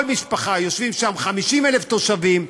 כל משפחה יושבים שם 50,000 תושבים: